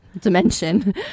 dimension